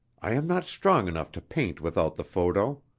i am not strong enough to paint without the photo.